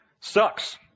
sucks